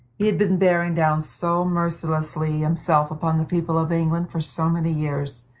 he had been bearing down so mercilessly himself upon the people of england for so many years,